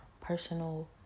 personal